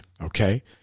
okay